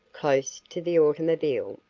close to the automobile.